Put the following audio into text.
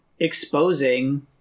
exposing